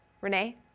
Renee